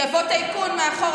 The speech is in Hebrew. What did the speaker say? יבוא טייקון מאחורה.